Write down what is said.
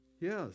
Yes